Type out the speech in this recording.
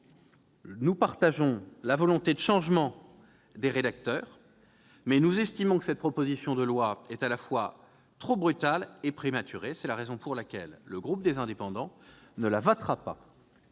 Nous partageons la volonté de changement des auteurs de ce texte, mais nous estimons que cette proposition de loi est à la fois trop brutale et prématurée, raison pour laquelle le groupe Les Indépendants - République